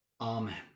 Amen